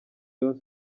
rayon